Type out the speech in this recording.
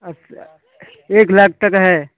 अच्छा एक लाख तक है